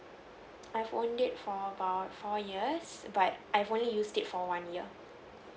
I've own it for about four years but I've only used it for one year